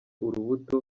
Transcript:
urubuto